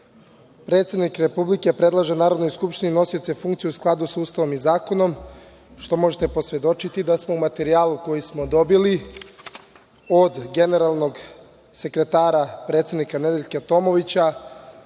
predsednik Republike predlaže Narodnoj skupštini nosioce funkcija u skladu sa Ustavom i zakonom, što možete posvedočiti da smo u materijalu koji smo dobili od generalnog sekretara, predsednika Nedeljka Tomovića,